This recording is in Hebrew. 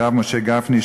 הרב משה גפני,